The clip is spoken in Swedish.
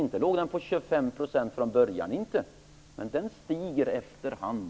Inte var momsen 25 % från början inte, men den stiger efter hand.